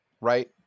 right